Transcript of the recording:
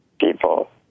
people